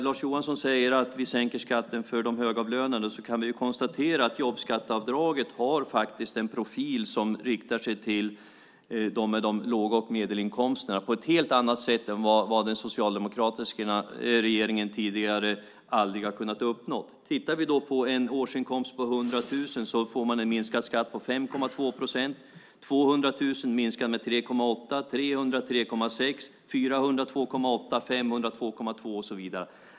Lars Johansson säger att vi sänker skatten för de högavlönade, men vi kan konstatera att jobbskatteavdraget har en profil som riktar sig till människor med låga inkomster och medelinkomster på ett sätt som den socialdemokratiska regeringen aldrig har kunnat uppnå. Om man har en årsinkomst på 100 000 minskar skatten med 5,2 procent, 200 000 - 3,8 procent, 300 000 - 3,6 procent, 400 000 - 2,8 procent, 500 000 - 2,2 procent och så vidare.